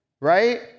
right